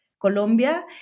Colombia